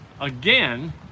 again